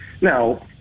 Now